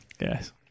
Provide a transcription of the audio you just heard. Yes